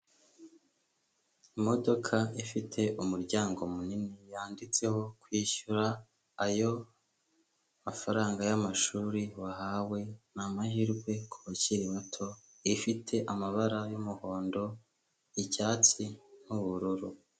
Imodoka ifite umuryango munini yanditseho kwishyura ayo mafaranga y'amashuri wahawe ni amahirwe kuva ukuri muto. Ifite amabara y'umuhondo, icyatsi n'ubururu.